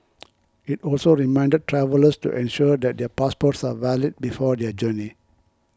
it also reminded travellers to ensure that their passports are valid before their journey